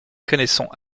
connaissons